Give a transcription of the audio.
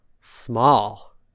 small